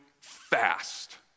fast